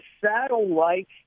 saddle-like